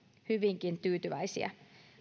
hyvinkin tyytyväisiä